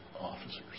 officers